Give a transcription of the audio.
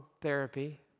therapy